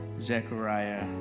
Zechariah